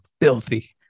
filthy